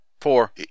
four